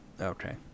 Okay